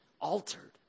altered